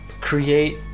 create